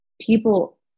People